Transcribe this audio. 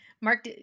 Mark